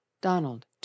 Donald